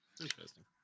Interesting